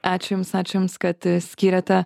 ačiū jums ačiū jums kad skyrėte